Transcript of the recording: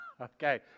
Okay